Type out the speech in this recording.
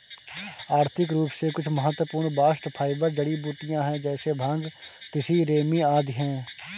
आर्थिक रूप से कुछ महत्वपूर्ण बास्ट फाइबर जड़ीबूटियां है जैसे भांग, तिसी, रेमी आदि है